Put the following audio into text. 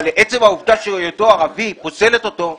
אבל עצם העובדה של היותו ערבי פוסלת אותו,